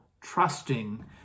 trusting